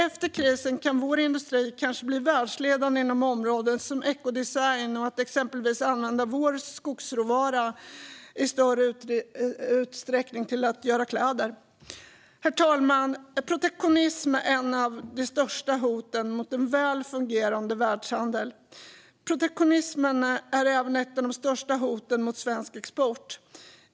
Efter krisen kan vår industri kanske bli världsledande inom områden som ekodesign, och vi kan exempelvis använda vår skogsråvara i större utsträckning till att göra kläder. Herr talman! Protektionism är ett av de största hoten mot en väl fungerande världshandel. Protektionismen är även ett av de största hoten mot svensk export.